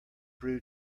brew